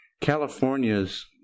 California's